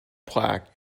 plaque